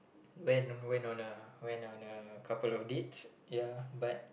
went on went on a went on a couple of dates ya but